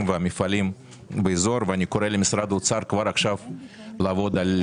והמפעלים באזור ואני קורא למשרד האוצר כבר עכשיו לעבוד על